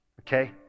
okay